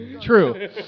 True